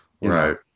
Right